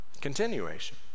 Continuation